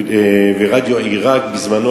ורדיו עירק בזמנו,